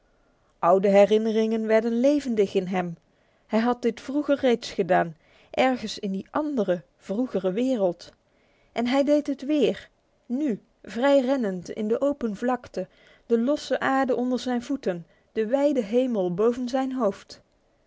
oude herinneringen werden levendig in hem hij had dit vroeger reeds gedaan ergens in die andere vroegere wereld en hij deed het weer nu vrij rennend in de open vlakte de losse aarde onder zijn voeten de wijde hemel boven zijn hoofd